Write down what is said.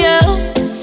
else